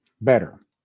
Better